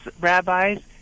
rabbis